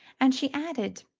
and she added,